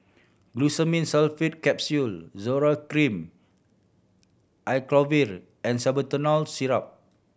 Glucosamine Sulfate Capsule Zoral Cream Acyclovir and Salbutamol Syrup